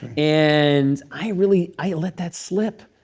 and i really i let that slip.